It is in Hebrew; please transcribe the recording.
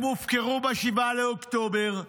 הם הופקרו ב-7 באוקטובר,